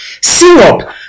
Syrup